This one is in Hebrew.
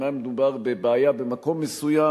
אם היה מדובר בבעיה במקום מסוים,